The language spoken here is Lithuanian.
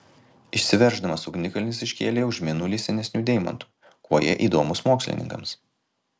išsiverždamas ugnikalnis iškėlė už mėnulį senesnių deimantų kuo jie įdomūs mokslininkams